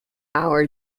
our